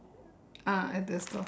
ah at the store